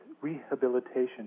rehabilitation